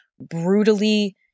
brutally